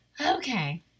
Okay